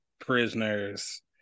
prisoners